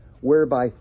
whereby